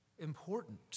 important